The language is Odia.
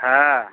ହଁ